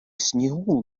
снігу